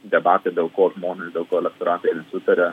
debatai dėl ko žmonės dėl ko elektoratai nesutaria